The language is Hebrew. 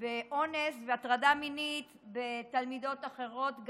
באונס והטרדה מינית של תלמידות אחרות,